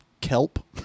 kelp